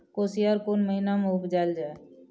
कोसयार कोन महिना मे उपजायल जाय?